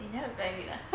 they never reply you ah